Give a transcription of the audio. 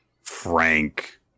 frank